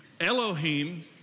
Elohim